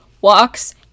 walks